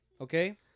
okay